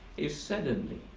if suddenly